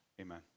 Amen